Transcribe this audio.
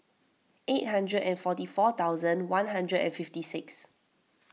eight hundred and forty four thousand one hundred and fifty six